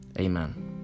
Amen